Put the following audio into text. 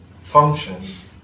functions